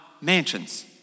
mansions